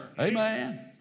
Amen